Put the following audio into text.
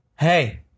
Hey